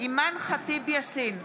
אימאן ח'טיב יאסין,